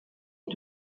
est